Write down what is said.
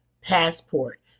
passport